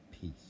peace